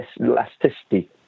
elasticity